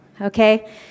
Okay